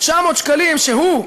900 שקלים שהוא,